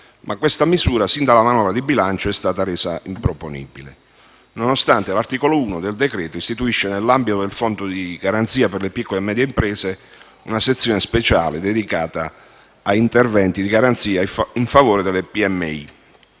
Questa misura, sin dalla manovra di bilancio, è stata però dichiarata improponibile, nonostante l'articolo 1 del decreto-legge istituisca, nell'ambito del Fondo di garanzia per le piccole e medie imprese, una sezione speciale dedicata a interventi di garanzia in favore delle PMI.